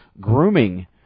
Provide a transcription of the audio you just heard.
grooming